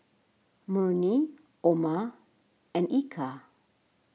Murni Umar and Eka